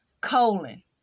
Colon